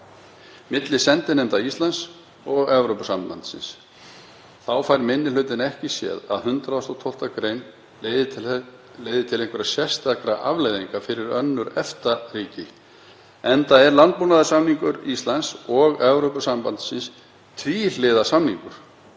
milli sendinefnda Íslands og Evrópusambandsins. Þá fær minni hlutinn ekki séð að 112. gr. leiði til einhverra sérstakra afleiðinga fyrir önnur EFTA-ríki enda er landbúnaðarsamningur Íslands og Evrópusambandsins tvíhliða samningur